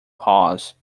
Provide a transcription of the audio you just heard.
pause